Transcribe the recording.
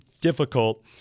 difficult